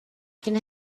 can